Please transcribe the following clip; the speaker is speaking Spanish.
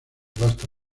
subasta